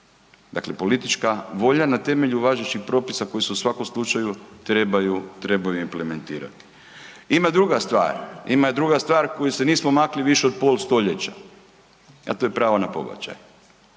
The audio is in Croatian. Dakle politička volja na temelju važećih propisa koji se u svakom slučaju trebaju implementirati. Ima druga stvar, ima druga stvar koju se nismo makli više od pol stoljeća, a to je pravo na pobačaj.